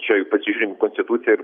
čia juk pasižiūrim konstituciją ir